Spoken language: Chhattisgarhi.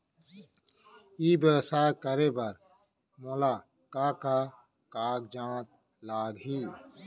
ई व्यवसाय करे बर मोला का का कागजात लागही?